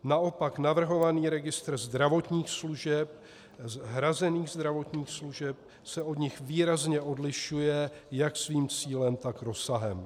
Naopak navrhovaný registr zdravotních služeb, hrazených zdravotních služeb, se od nich výrazně odlišuje jak svým cílem, tak rozsahem.